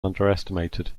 underestimated